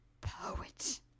poet